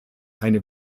eine